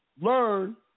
learn